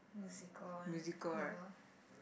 musical one ya